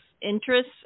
interests